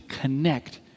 connect